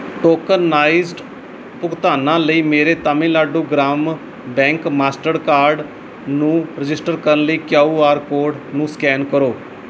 tokenized ਭੁਗਤਾਨਾਂ ਲਈ ਮੇਰੇ ਤਾਮਿਲਨਾਡੂ ਗ੍ਰਾਮ ਬੈਂਕ ਮਾਸਟਰਡਕਾਰਡ ਨੂੰ ਰਜਿਸਟਰ ਕਰਨ ਲਈ ਕੇਊ ਆਰ ਕੋਡ ਨੂੰ ਸਕੈਨ ਕਰੋ